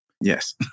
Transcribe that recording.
Yes